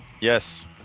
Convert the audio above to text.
yes